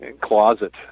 closet